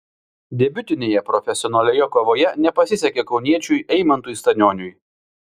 debiutinėje profesionalioje kovoje nepasisekė kauniečiui eimantui stanioniui